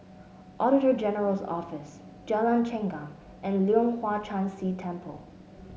Auditor General's Office Jalan Chengam and Leong Hwa Chan Si Temple